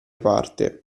parte